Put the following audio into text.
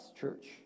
church